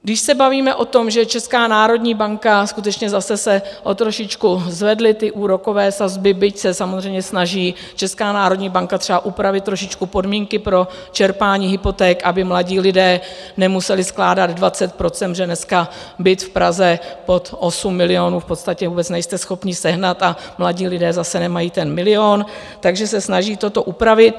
Když se bavíme o tom, že Česká národní banka skutečně zase se o trošičku zvedly úrokové sazby, byť se samozřejmě snaží Česká národní banka třeba upravit trošičku podmínky pro čerpání hypoték, aby mladí lidé nemuseli skládat 20 %, protože dneska byt v Praze pod 8 milionů v podstatě vůbec nejste schopni sehnat a mladí lidé zase nemají ten milion takže se snaží toto upravit.